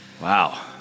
Wow